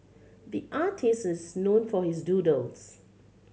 the artist is known for his doodles